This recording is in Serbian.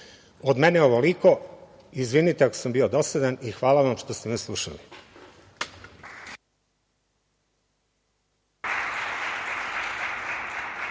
mene ovoliko, izvinite ako sam bio dosadan i hvala vam što ste me slušali.